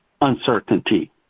uncertainty